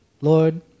Lord